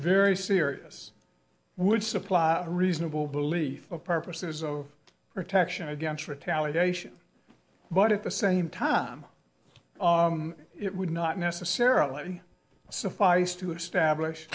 very serious would supply reasonable belief of purposes of protection against retaliation but at the same time it would not necessarily suffice to establish